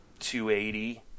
280